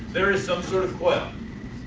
there are some sort of coil.